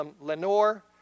Lenore